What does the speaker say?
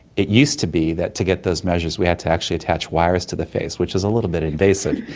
it used to be that to get those measures we had to actually attach wires to the face, which is a little bit invasive,